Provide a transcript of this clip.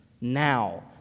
now